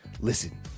Listen